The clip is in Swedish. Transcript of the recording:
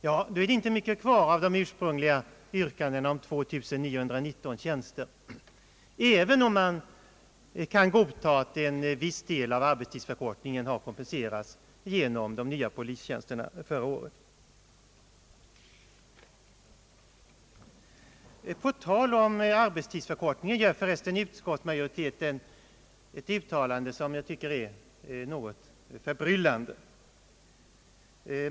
Ja, då är det inte mycket kvar av de ursprungliga yrkandena som gällde 2919 tjänster, även om man kan godta att en viss del av arbetstidsförkortningen har kompenserats genom de nya polistjänsterna förra året. När det gäller arbetstidsförkortningen gör utskottsmajoriteten för övrigt ett uttalande som verkar något förbryllande.